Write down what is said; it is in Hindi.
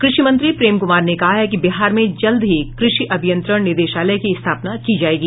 क़षि मंत्री प्रेम कुमार ने कहा है कि बिहार में जल्द ही क़षि अभियंत्रण निदेशालय की स्थापना की जायेगी